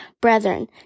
brethren